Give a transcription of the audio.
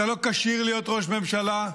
אתה לא כשיר להיות ראש ממשלה.